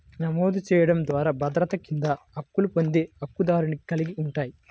నమోదు చేయడం ద్వారా భద్రత కింద హక్కులు పొందే హక్కుదారుని కలిగి ఉంటాయి,